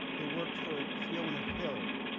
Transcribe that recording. who worked for fiona hill,